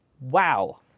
Wow